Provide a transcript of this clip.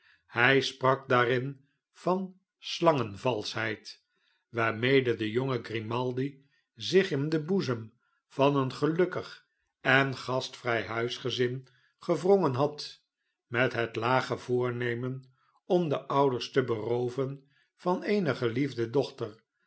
hij sprak daarin'van slangen valschheid waarmedede jonge grimaldi zichinden boezem van een gelukkig en gastvrij huisgezin gewrongen had met het lage voornemen om de ouders te berooven van eene geliefde dochter